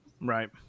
right